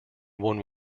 one